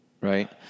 right